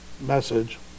message